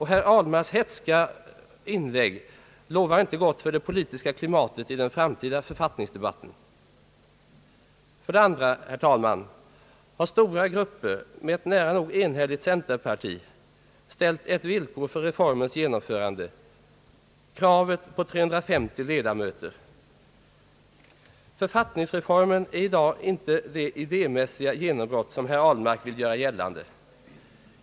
Herr Ahlmarks hätska inlägg bådar heller inte gott för det politiska klimatet i den framtida författningsdebatten. 2) Stora grupper med ett nära nog enhälligt centerparti har ställt ett villkor för reformens genomförande — kravet på 350 ledamöter. Författningsreformen är i dag inte det idémässiga genombrott som herr Ahlmark vill göra gällande att den är.